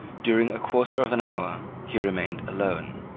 during a quarter of an hour, he remained alone.